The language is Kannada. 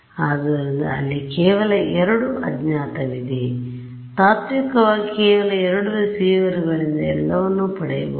ಆದ್ದರಿಂದ ಅಲ್ಲಿ ಕೇವಲ ಎರಡು ಅಜ್ಞಾತವಿದೆ ಆದ್ದರಿಂದ ತಾತ್ವಿಕವಾಗಿ ಕೇವಲ ಎರಡು ರಿಸೀವರ್ಗಳಿಂದ ಎಲ್ಲವನ್ನೂ ಪಡೆಯಬಹುದು